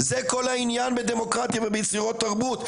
זה כל העניין בדמוקרטיה וביצירות תרבות,